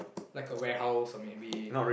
like a warehouse or maybe